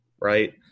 right